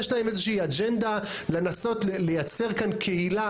יש להם איזושהי אג'נדה לנסות לייצר כאן קהילה.